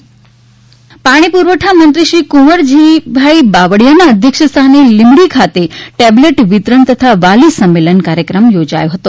સુરેન્દ્રનગર પાણી પુરવઠા મંત્રીશ્રી કુંવરજીભાઈ બાવળિયાના અધ્યક્ષસ્થાને લીંબડી ખાતે ટેબલેટ વિતરણ તથા વાલી સંમેલન કાર્યક્રમ યોજાથો હતો